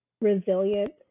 resilient